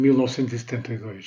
1972